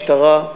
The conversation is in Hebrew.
משטרה,